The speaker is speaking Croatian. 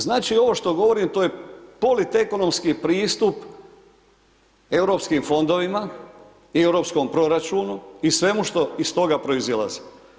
Znači, ovo što govorim to je ... ekonomski pristup Europskim fondovima, i europskom proračunu, i svemu što iz toga proizilazi.